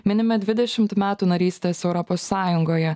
minime dvidešimt metų narystės europos sąjungoje